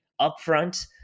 upfront